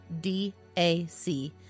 DAC